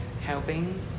helping